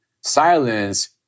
silence